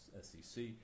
SEC